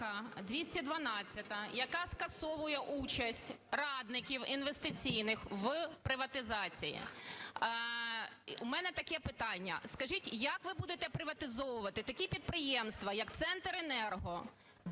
яка скасовує участь радників інвестиційних у приватизації. У мене таке питання: скажіть, як ви будете приватизовувати такі підприємства, як Центренерго